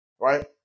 Right